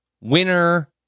winner